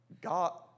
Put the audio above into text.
God